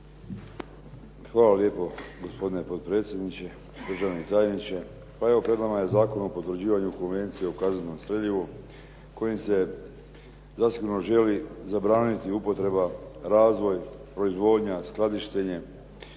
Hvala lijepo. Gospodine potpredsjedniče, državni tajniče. Pa evo, pred nama je Zakon o potvrđivanju Konvencije o kazetnom streljivu kojim se zasigurno želi zabraniti upotreba, razvoj, proizvodnja, skladištenje